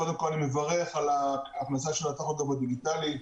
קודם כול אני מברך על ההכנסה של הטכוגרף הדיגיטלי,